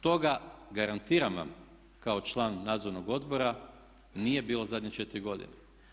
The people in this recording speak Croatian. Toga, garantiram vam kao član nadzornog odbora nije bilo zadnje 4 godine.